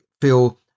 feel